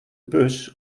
bus